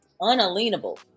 unalienable